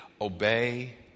Obey